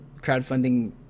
crowdfunding